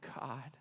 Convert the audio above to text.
God